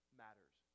matters